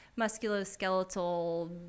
musculoskeletal